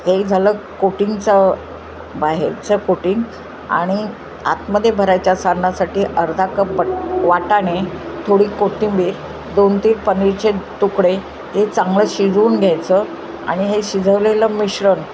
एक झालं कोटिंगचं बाहेरचं कोटिंग आणि आतमध्ये भरायच्या सारणासाठी अर्धा कप वाटाणे थोडी कोथिंबीर दोन तीन पनीरचे तुकडे हे चांगलं शिजवून घ्यायचं आणि हे शिजवलेलं मिश्रण